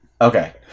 Okay